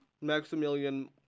Maximilian